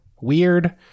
weird